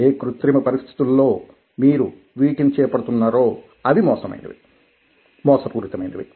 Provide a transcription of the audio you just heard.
ఏ కృత్రిమ పరిస్థితులలో మీరు వీటిని చేపడుతున్నారో అవి మోసపూరితమైనవి